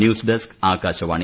news desk Akashvani